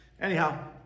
Anyhow